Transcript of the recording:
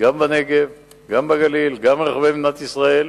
גם בנגב גם בגליל וגם ברחבי מדינת ישראל,